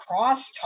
crosstalk